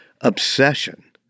obsession